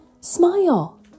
Smile